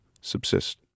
subsist